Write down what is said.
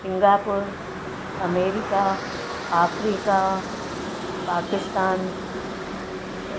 Singapore America Africa Pakistan